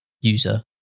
user